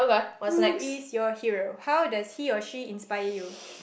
who is your hero how does he or she inspire you